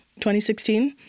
2016